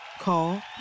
Call